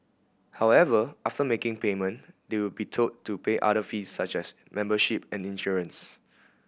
however after making payment they would be told to pay other fees such as membership and insurance